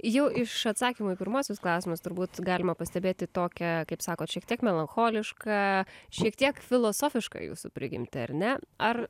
jau iš atsakymų į pirmuosius klausimus turbūt galima pastebėti tokią kaip sakot šiek tiek melancholišką šiek tiek filosofišką jūsų prigimtį ar ne ar